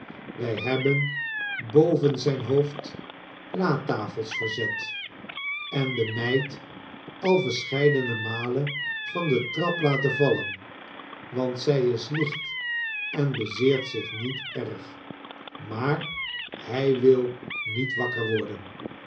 wij hebben boven zijn hoofd latafels verzet en de meid al verscheidene malen van de trap laten vallen want zij is licht en bezeert zich niet erg maar hij wil niet wakker worden